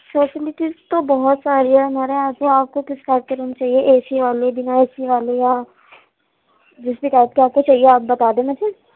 facilities تو بہت ساری ہیں ہمارے یہاں سر آپ کو کس ٹائپ کے روم چاہیے اے سی والے بنا اے سی والے یا جس بھی ٹائپ کے آپ کو چاہیے آپ بتا دینا سر